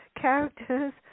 characters